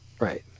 right